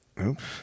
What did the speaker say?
Oops